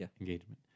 engagement